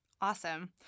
Awesome